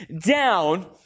down